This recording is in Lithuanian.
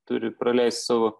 turi praleist savo